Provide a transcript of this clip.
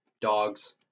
Dogs